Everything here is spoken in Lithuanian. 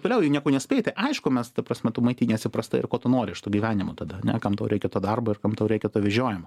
toliau jie nieko nespėja tai aišku mes ta prasme tu maitiniesi prastai ir ko tu nori iš to gyvenimo tada ane kam tau reikia to darbo ir kam tau reikia to vežiojimo